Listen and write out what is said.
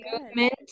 movement